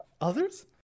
others